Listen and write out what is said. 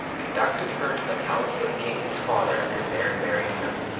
conducted her to the palace of the king his father, and there married her.